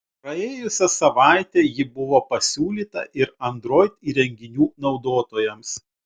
praėjusią savaitę ji buvo pasiūlyta ir android įrenginių naudotojams